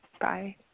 Bye